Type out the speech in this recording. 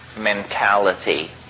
mentality